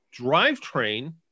drivetrain